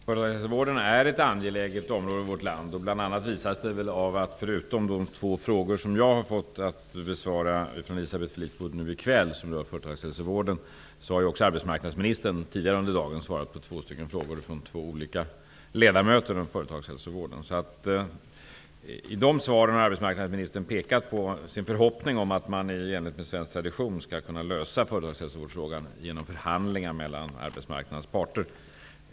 Herr talman! Företagshälsovården är ett angeläget område i vårt land, och bl.a. visas väl detta av att förutom de två frågor om företagshälsovården som jag har fått att besvara från Elisabeth Fleetwood nu i kväll, har arbetsmarknadsministern tidigare under dagen svarat på två stycken frågor om företagshälsovården från två olika ledamöter. I de svaren har arbetsmarknadsministern pekat på sin förhoppning att man i enlighet med svensk tradition skall kunna lösa företagshälsovårdsfrågan genom förhandlingar mellan arbetsmarknadens parter.